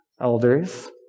elders